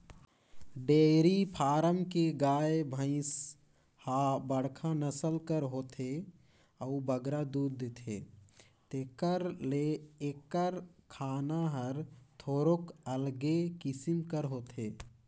dairy farm के गाय, भंइस ह बड़खा नसल कर होथे अउ बगरा दूद देथे तेकर ले एकर खाना हर थोरोक अलगे किसिम कर होथे